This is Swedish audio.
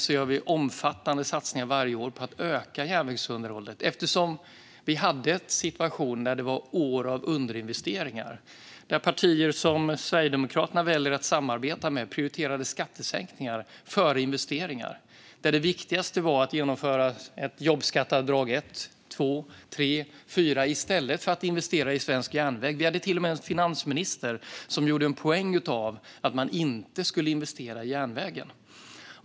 Vi gör också omfattande satsningar varje år på att öka järnvägsunderhållet, eftersom vi hade en situation med år av underinvesteringar. Då prioriterade partier som Sverigedemokraterna väljer att samarbeta med skattesänkningar före investeringar. Det viktigaste var då att genomföra jobbskatteavdrag 1, 2, 3 och 4 i stället för att investera i svensk järnväg. Vi hade till och med en finansminister som gjorde en poäng av att man inte skulle investera i järnvägen.